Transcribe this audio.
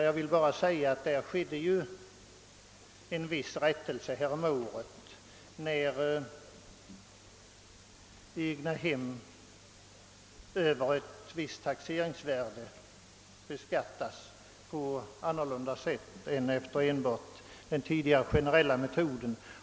Jag vill endast nämna att en viss rättelse skedde häromåret när riksdagen beslutade att egnahem över ett visst taxeringsvärde skulle beskattas på annat sätt än efter enbart den tidigare generella metoden.